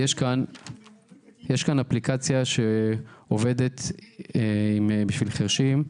יש כאן אפליקציה שעובדת בשביל חירשים.